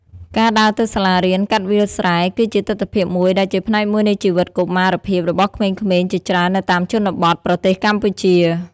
ការដើរទៅសាលារៀនកាត់វាលស្រែ គឺជាទិដ្ឋភាពមួយដ៏ស៊ាំធ្លាប់ និងជាផ្នែកមួយនៃជីវិតកុមារភាពរបស់ក្មេងៗជាច្រើននៅតាមជនបទប្រទេសកម្ពុជា។